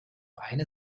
eine